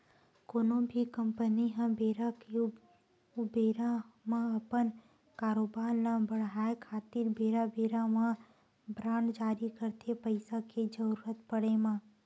कोनो भी कंपनी ह बेरा के ऊबेरा म अपन कारोबार ल बड़हाय खातिर बेरा बेरा म बांड जारी करथे पइसा के जरुरत पड़े म